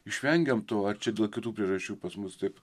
išvengėm to ar čia dėl kitų priežasčių pas mus taip